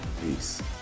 peace